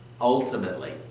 ultimately